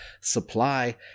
supply